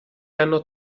hanno